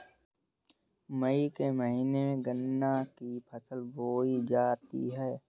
मई के महीने में गन्ना की फसल बोई जाती है